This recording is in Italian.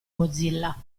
mozilla